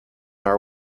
our